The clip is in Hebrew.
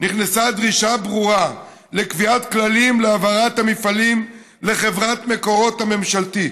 נכנסה דרישה ברורה לקביעת כללים להעברת המפעלים לחברת מקורות הממשלתית.